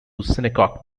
shinnecock